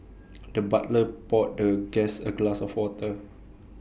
the butler poured the guest A glass of water